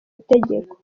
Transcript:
itegeko